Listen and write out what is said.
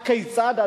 הכיצד,